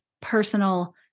personal